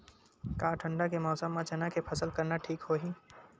का ठंडा के मौसम म चना के फसल करना ठीक होही?